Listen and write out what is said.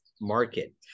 market